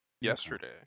yesterday